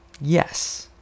yes